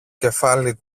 κεφάλι